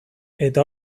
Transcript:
eta